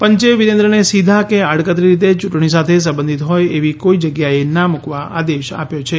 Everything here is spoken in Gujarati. પંચે વીરેન્દ્રને સીધા કે આડકતરી રીતે ચૂંટણી સાથે સંબંધિત હોય એવી કોઈ જગ્યાએ ના મુકવા આદેશ આપ્યો છે